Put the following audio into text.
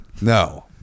no